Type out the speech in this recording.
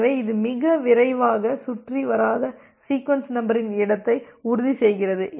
எனவே இது மிக விரைவாக சுற்றி வராத சீக்வென்ஸ் நம்பரின் இடத்தை உறுதி செய்கிறது